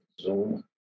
Zoom